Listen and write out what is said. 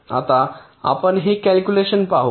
आता आपण हे कॅल्क्युलेशन पाहू